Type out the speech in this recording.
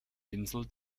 insel